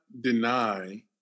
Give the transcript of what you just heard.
deny